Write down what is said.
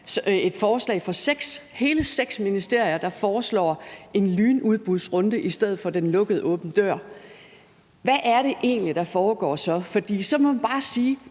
et forslag fra seks – hele seks – ministerier, der foreslår en lynudbudsrunde i stedet for den lukkede åben dør-ordning. Hvad er det så egentlig, der foregår? For man må bare sige,